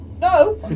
No